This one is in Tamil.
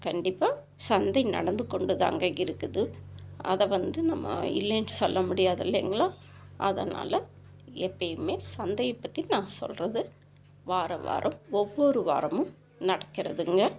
கண்டிப்பா சந்தை நடந்துக்கொண்டு தாங்க இருக்குது அதை வந்து நம்ம இல்லேன்னு சொல்ல முடியாது இல்லைங்களா அதனால் எப்போயுமே சந்தையை பற்றி நான் சொல்கிறது வாரம் வாரம் ஒவ்வொரு வாரமும் நடக்கிறதுங்க